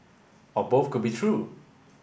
or both could be true